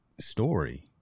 story